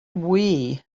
wii